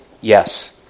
Yes